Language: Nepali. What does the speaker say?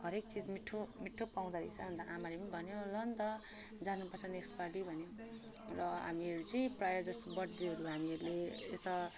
हरेक चिज मिठो मिठो पाउँदो रहेछ्ह अन्त आमाले पनि भन्यो ल न त जानु पर्छ नेक्स्ट पालि भन्यो र हामीहरू चाहिँ प्रायः जस्तो बर्थडेहरू हामीहरूले यता